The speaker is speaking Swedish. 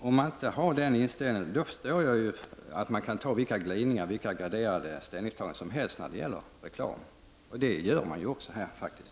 Om man inte har den inställningen, förstår jag att man kan göra vilka graderade ställningstaganden som helst när det gäller reklam, och det gör man också här faktiskt.